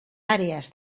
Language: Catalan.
àrees